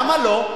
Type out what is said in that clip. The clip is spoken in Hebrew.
למה לא?